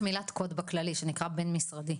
יש מילת קוד בכללי שנקראת "בין משרדי".